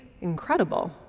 incredible